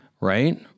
Right